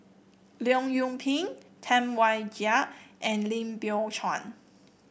Leong Yoon Pin Tam Wai Jia and Lim Biow Chuan